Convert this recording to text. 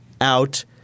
out